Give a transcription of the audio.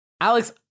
Alex